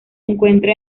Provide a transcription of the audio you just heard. encuentra